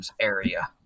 area